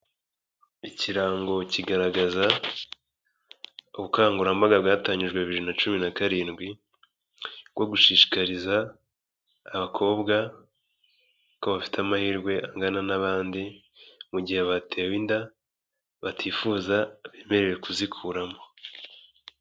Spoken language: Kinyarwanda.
Ikirango kigaragaza ubukangurambaga bwatangijwe bibiri na cumi na karindwi bwo gushishikariza abakobwa ko bafite amahirwe angana n'abandi, mu gihe batewe inda batifuza, bemerewe kuzikuramo.